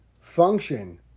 function